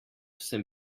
sem